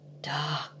Dark